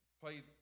played